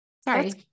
Sorry